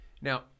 Now